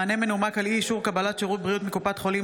(מענה מנומק על אי-אישור קבלת שירות בריאות מקופת חולים),